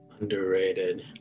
Underrated